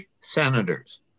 Senators